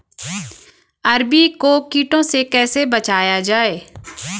अरबी को कीटों से कैसे बचाया जाए?